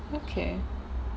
okay